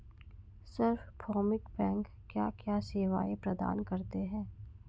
सार्वभौमिक बैंक क्या क्या सेवाएं प्रदान करते हैं?